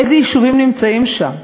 איזה יישובים נמצאים שם.